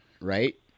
right